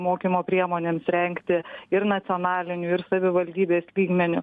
mokymo priemonėms rengti ir nacionaliniu ir savivaldybės lygmeniu